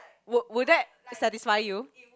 would would that satisfy you